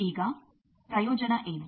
ಈಗ ಪ್ರಯೋಜನ ಏನು